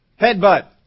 Headbutt